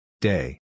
Day